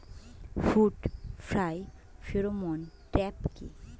Fruit fly pheromone trap কি?